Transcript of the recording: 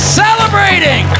celebrating